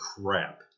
crap